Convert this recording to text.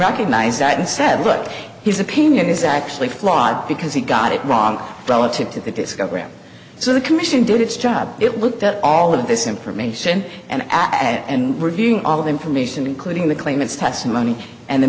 recognized that and said what he's opinion is actually flawed because he got it wrong relative to the discovery so the commission did its job it looked at all of this information and and reviewing all the information including the claimants testimony and the